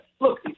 Look